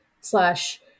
slash